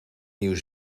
nieuw